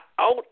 out